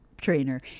trainer